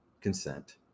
consent